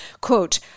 Quote